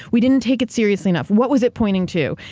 we didn't take it seriously enough. what was it pointing to?